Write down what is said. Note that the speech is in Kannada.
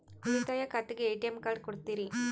ಉಳಿತಾಯ ಖಾತೆಗೆ ಎ.ಟಿ.ಎಂ ಕಾರ್ಡ್ ಕೊಡ್ತೇರಿ?